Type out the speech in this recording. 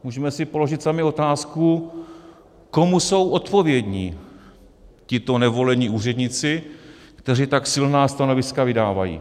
Můžeme si položit sami otázku, komu jsou odpovědni tito nevolení úředníci, kteří tak silná stanoviska vydávají.